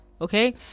okay